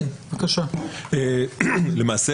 למעשה